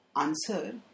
Answer